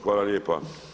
Hvala lijepa.